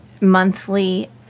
monthly